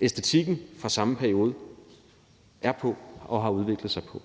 æstetikken fra samme periode er på og har udviklet sig på.